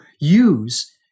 use